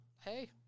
Hey